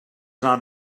not